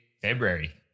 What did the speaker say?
February